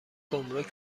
گمرگ